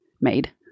made